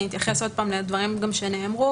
אני אתייחס שוב לדברים שנאמרו,